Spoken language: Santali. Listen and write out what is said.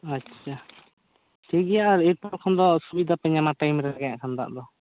ᱟᱪᱪᱷᱟᱻ ᱴᱷᱤᱠ ᱜᱮᱭᱟ ᱮᱨᱯᱚᱨ ᱠᱷᱚᱱ ᱫᱚ ᱥᱩᱵᱤᱛᱟᱯᱮ ᱧᱟᱢᱟ ᱴᱟᱭᱤᱢ ᱨᱮᱜᱮ ᱫᱟᱜ ᱫᱚ